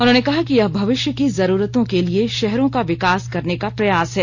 उन्होंने कहा कि यह भविष्य की जरूरतों के लिए शहरों का विकास करने का प्रयास है